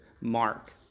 Mark